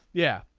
yeah.